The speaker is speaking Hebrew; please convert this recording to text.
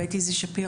בית איזי שפירא,